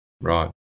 Right